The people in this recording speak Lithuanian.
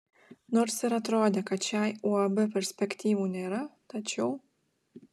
nors ir atrodė kad šiai uab perspektyvų nėra tačiau